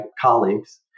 colleagues